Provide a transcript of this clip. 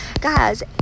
Guys